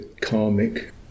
karmic